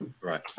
right